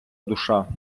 душа